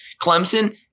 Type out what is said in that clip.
Clemson